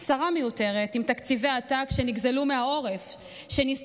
שרה מיותרת עם תקציבי עתק שנגזלו מהעורף שניסתה